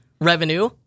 revenue